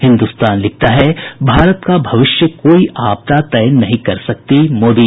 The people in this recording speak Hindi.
हिन्दुस्तान लिखता है भारत का भविष्य कोई आपदा तय नहीं कर सकती मोदी